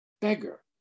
beggar